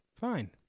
Fine